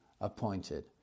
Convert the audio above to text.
appointed